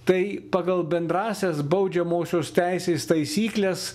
tai pagal bendrąsias baudžiamosios teisės taisykles